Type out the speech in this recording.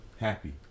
happy